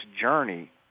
journey